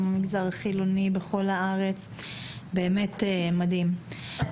גם במגזר החילוני בכל הארץ וזה באמת מדהים.